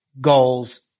goals